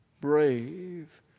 brave